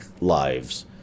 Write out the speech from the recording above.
lives